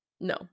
no